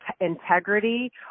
integrity